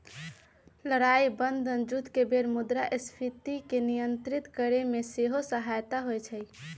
लड़ाइ बन्धन जुद्ध के बेर मुद्रास्फीति के नियंत्रित करेमे सेहो सहायक होइ छइ